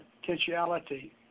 potentiality